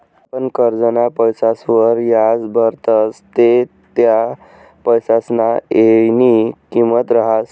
आपण करजंना पैसासवर याज भरतस ते त्या पैसासना येयनी किंमत रहास